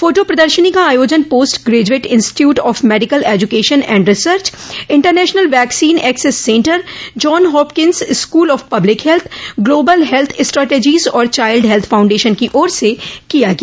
photo प्रदर्शनी का आयोजन post graduate institute of medical education and research international vaccine access centre John Hopkins school of public health global health strategies और child health foundation की ओर से किया गया